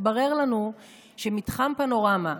התברר לנו שמתחם פנורמה,